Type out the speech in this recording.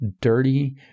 dirty